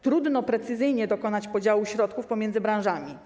Trudno precyzyjnie dokonać podziału środków pomiędzy branżami.